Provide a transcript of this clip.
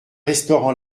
restaurant